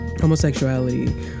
Homosexuality